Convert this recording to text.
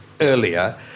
earlier